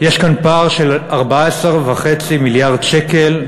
יש כאן פער של 14.5 מיליארד שקל,